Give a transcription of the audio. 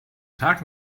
tag